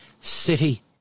city